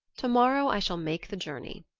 tomorrow i shall make the journey.